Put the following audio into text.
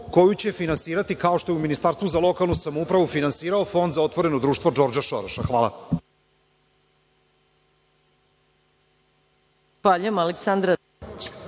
koju će finansirati, kao što je u Ministarstvu za lokalnu samoupravu finansirao Fond za otvoreno društvo DŽordža Šoroša. Hvala.